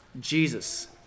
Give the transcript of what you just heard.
Jesus